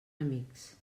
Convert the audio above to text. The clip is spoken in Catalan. amics